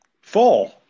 Four